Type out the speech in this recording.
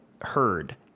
heard